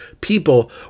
people